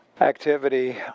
activity